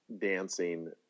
dancing